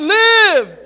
live